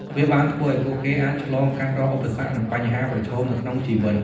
វាបានធ្វើឱ្យពួកគេអាចឆ្លងកាត់រាល់ឧបសគ្គ និងបញ្ហាប្រឈមនៅក្នុងជីវិត។